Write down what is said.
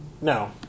No